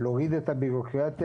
להוריד את הבירוקרטיה,